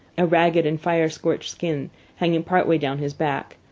a ragged and fire-scorched skin hanging part way down his back,